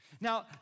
Now